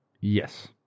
Yes